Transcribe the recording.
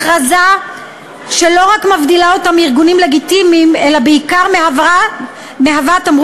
הכרזה שלא רק מבדילה אותם מארגונים לגיטימיים אלא בעיקר מהווה תמרור